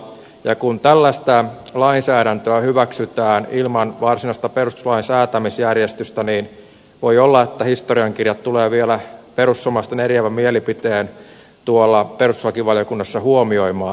ja kun tällaista lainsäädäntöä hyväksytään ilman varsinaista perustuslain säätämisjärjestystä niin voi olla että historiankirjat tulevat vielä perussuomalaisten eriävän mielipiteen tuolla perustuslakivaliokunnassa huomioimaan